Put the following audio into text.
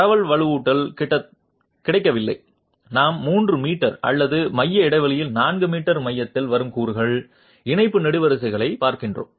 பரவல் வலுவூட்டல் கிடைக்கவில்லை நாம் 3 மீட்டர் அல்லது மைய இடைவெளியில் 4 மீட்டர் மையத்தில் வரும் கூறுகள் இணைப்பு நெடுவரிசைகளைப் பார்க்கிறோம்